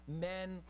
men